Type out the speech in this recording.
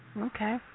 Okay